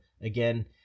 again